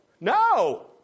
No